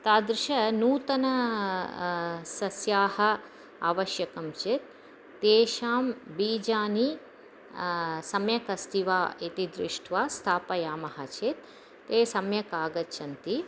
तादृश नूतनाः सस्याः आवश्यकं चेत् तेषां बीजानि सम्यक् अस्ति वा इति दृष्ट्वा स्थापयामः चेत् ते सम्यक् आगच्छन्ति